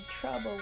trouble